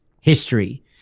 history